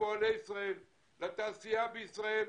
לפועלי ישראל, לתעשייה בישראל,